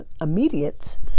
immediate